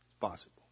possible